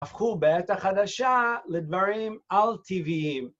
הפכו בעת החדשה לדברים אל-טבעיים.